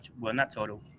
well, not total,